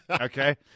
Okay